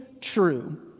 true